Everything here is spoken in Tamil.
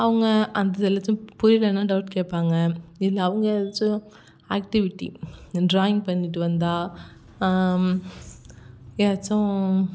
அவங்க அந்த இதில் ஏதாச்சம் புரியலைன்னா டௌட் கேட்பாங்க இல்லை அவங்க ஏதாச்சம் ஆக்டிவிட்டி ட்ராயிங் பண்ணிட்டு வந்தால் ஏதாச்சும்